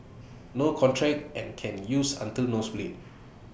no contract and can use until nose bleed